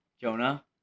jonah